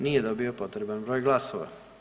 Nije dobio potreban broj glasova.